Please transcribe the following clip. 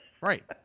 Right